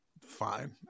fine